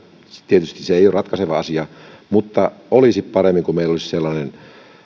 tietysti se ei ole ratkaiseva asia väitän että olisi parempi kun meillä olisi sellainen